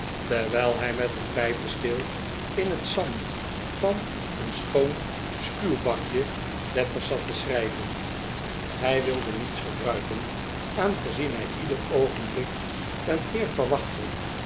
terwijl hij met een pijpesteel in het zand van een schoon spuwbakje letters zat te schrijven hij wilde niets gebruiken aangezien hij ieder oogenblik een heer verwachtte